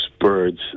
birds